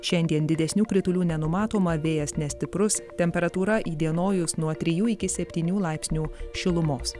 šiandien didesnių kritulių nenumatoma vėjas nestiprus temperatūra įdienojus nuo trijų iki septynių laipsnių šilumos